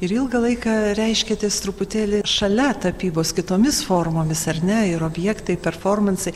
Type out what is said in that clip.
ir ilgą laiką reiškėtės truputėlį šalia tapybos kitomis formomis ar ne ir objektai performansai